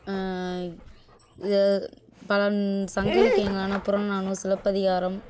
பல சங்க இலக்கியங்களான புறநானூறு சிலப்பதிகாரம்